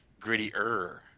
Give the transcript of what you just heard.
Grittier